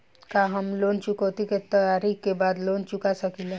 का हम लोन चुकौती के तारीख के बाद लोन चूका सकेला?